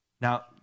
Now